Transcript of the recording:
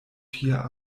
tia